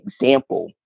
example